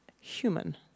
human